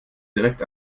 direkt